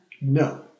No